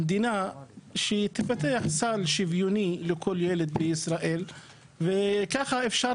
שהמדינה תפתח סל שוויוני לכל ילד בישראל וכך יהיה אפשר